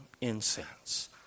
incense